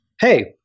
hey